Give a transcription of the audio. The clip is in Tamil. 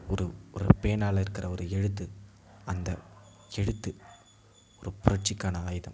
ஒரு ஒரு பேனாவில் இருக்கிற ஒரு எழுத்து அந்த எழுத்து ஒரு புரட்சிக்கான ஆயுதம்